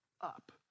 up